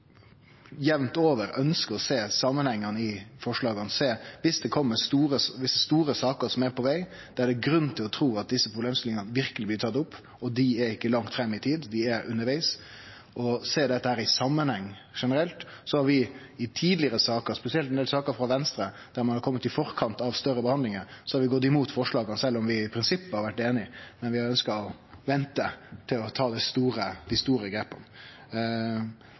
jamt over ønskjer å sjå forslaga i samanheng. Dersom det er store saker som er på veg, der det er grunn til å tru at desse problemstillingane verkeleg blir tatt opp, og dei er ikkje langt fram i tid, dei er undervegs, ønskjer vi å sjå dette i samanheng generelt. Vi har i tidlegare saker, spesielt når det gjeld saker frå Venstre, der ein har kome i forkant av større behandlingar, gått imot forslaga sjølv om vi i prinsippet har vore einige. Men vi har ønskt å vente til ein tar dei store grepa.